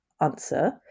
answer